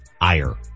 ire